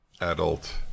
adult